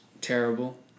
terrible